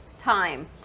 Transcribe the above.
time